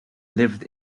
lived